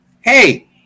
hey